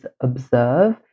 observe